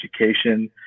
education